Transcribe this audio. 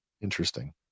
Interesting